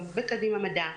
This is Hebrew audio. לא בקדימה מדע.